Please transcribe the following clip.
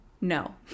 No